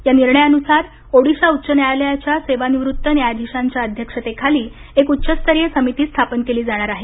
या निर्णयानुसार ओडिशा उच्च न्यायालयाच्या सेवानिवृत्त न्यायाधीशांच्या अध्यक्षतेखाली एक उच्चस्तरीय समिती स्थापन केली जाणार आहे